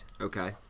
Okay